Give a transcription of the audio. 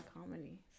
comedy